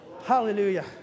Hallelujah